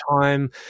time